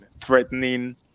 threatening